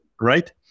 right